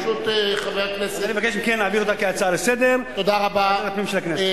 אני מבקש מכם להעביר את ההצעה כהצעה לסדר-היום לוועדת הפנים של הכנסת.